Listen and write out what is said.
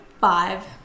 five